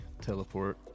teleport